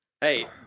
hey